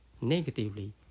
negatively